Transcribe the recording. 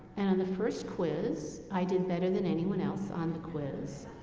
and on the first quiz, i did better than anyone else on the quiz.